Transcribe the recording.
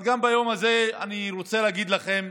אבל גם ביום הזה, אני רוצה להגיד לכם,